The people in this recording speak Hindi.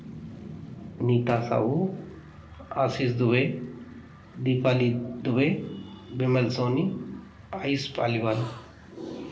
मीता शाहू आशीष दुबे दीपाली दुबे विमल सोनी आयुष पालीवाल